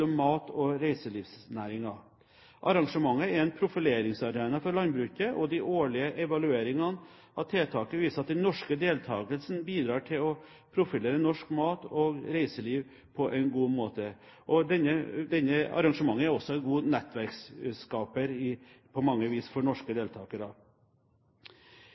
mat- og reiselivsnæringen. Arrangementet er en profileringsarena for landbruket, og de årlige evalueringene av tiltaket viser at den norske deltakelsen bidrar til å profilere norsk mat og reiseliv på en god måte. Dette arrangementet er på mange vis også en god nettverksskaper for norske deltakere. I